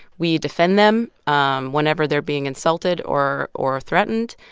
we defend them um whenever they're being insulted or or threatened.